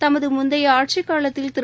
தமது முந்தைய ஆட்சிக்னாலத்தில் திரு